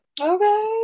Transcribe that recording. Okay